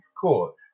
court